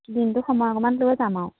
দিনটো সময় অকমান লৈ যাম আৰু